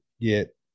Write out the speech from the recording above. get